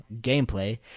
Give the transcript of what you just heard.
gameplay